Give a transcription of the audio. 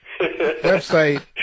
Website